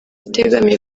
itegamiye